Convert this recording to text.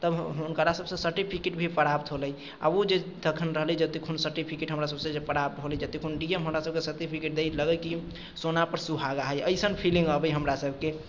तब हुनकरा सभसँ सर्टिफिकेट भी प्राप्त हौले आओर ओ जे तखन रहलै जे तखन सर्टिफिकेट हमरासभके प्राप्त हौले आ ओ जत्तेक डी एम हमरासभके सर्टिफिकेट दै तऽ लगै कि सोनापर सोहागा हइ अइसन फीलिंग अबै हमरासभके